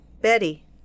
Betty